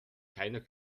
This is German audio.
keiner